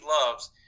loves